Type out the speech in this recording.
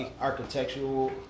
architectural